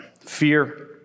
Fear